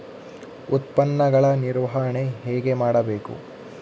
ಉತ್ಪನ್ನಗಳ ನಿರ್ವಹಣೆ ಹೇಗೆ ಮಾಡಬೇಕು?